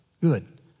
good